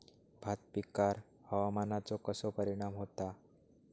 भात पिकांर हवामानाचो कसो परिणाम होता?